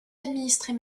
administrer